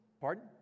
Pardon